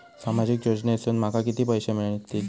सामाजिक योजनेसून माका किती पैशे मिळतीत?